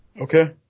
Okay